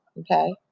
okay